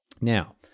Now